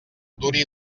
duri